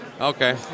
Okay